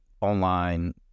online